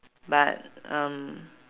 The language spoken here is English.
but um